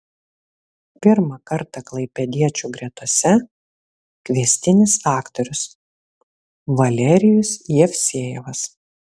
pirmą kartą klaipėdiečių gretose kviestinis aktorius valerijus jevsejevas